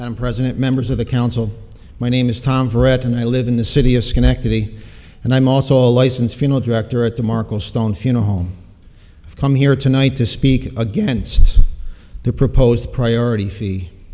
and president members of the council my name is tom fred and i live in the city of schenectady and i'm also a license funeral director at the markle stone funeral home come here tonight to speak against the proposed priority